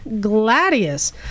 Gladius